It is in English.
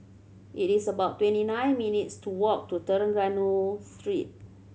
it is about twenty nine minutes' to walk to Trengganu Street